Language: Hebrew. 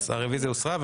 אז הרוויזיה הוסרה,